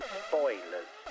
spoilers